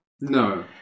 no